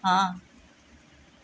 ਹਾਂ